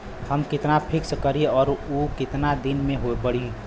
हम कितना फिक्स करी और ऊ कितना दिन में बड़ी?